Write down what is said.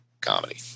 comedy